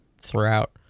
throughout